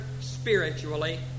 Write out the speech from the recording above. spiritually